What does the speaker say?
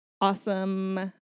awesome